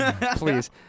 Please